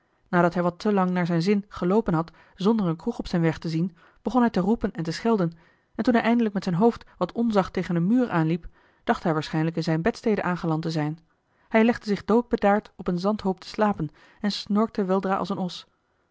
nadat hij wat te lang naar zijn zin geloopen had zonder eene kroeg op zijn weg te zien begon hij te roepen en te schelden en toen hij eindelijk met zijn hoofd wat onzacht tegen een muur aanliep dacht hij waarschijnlijk in zijne bedstede aangeland te zijn hij legde zich doodbedaard op een zandhoop te slapen en snorkte weldra als een os